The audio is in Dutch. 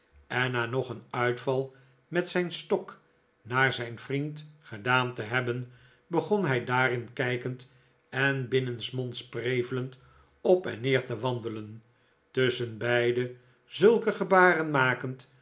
en na nog een uitval met zijn stok naar zijn vriend gedaan te hebben begon hij daarin kijkend en binnensmonds prevelend op en neer te wandelen tusschenbeide zulke gebaren makend